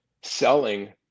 selling